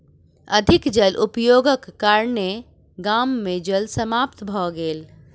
अधिक जल उपयोगक कारणेँ गाम मे जल समाप्त भ गेल